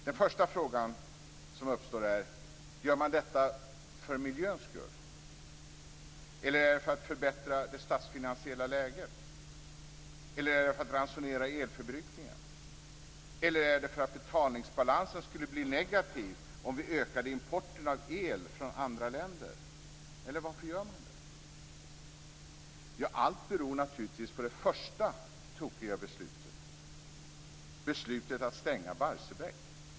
Den första fråga som uppstår är om man gör detta för miljöns skull, för att förbättra det statsfinansiella läget, för att ransonera elförbrukningen eller för att betalningsbalansen skulle bli negativ om vi ökade importen av el från andra länder. Varför gör man det? Allt beror naturligtvis på det första tokiga beslutet - beslutet att stänga Barsebäck.